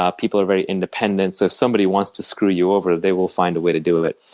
ah people are very independent. so if somebody wants to screw you over, they will find a way to do it.